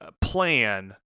plan